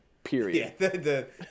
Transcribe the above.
Period